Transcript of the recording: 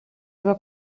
über